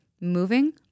moving